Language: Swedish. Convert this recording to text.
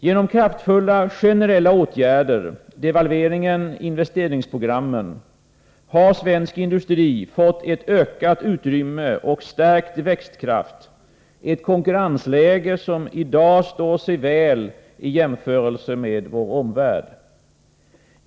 Genom kraftfulla generella åtgärder — devalveringen och investeringsprogrammen — har svensk industri fått ett ökat utrymme och en stärkt växtkraft, ett konkurrensläge som i dag står sig väl vid en jämförelse med vår omvärld.